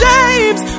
James